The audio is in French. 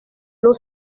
l’eau